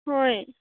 ꯍꯣꯏ